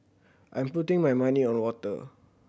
I'm putting my money on water